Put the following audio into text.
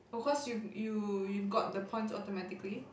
oh cause you you you got the points automatically